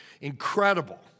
Incredible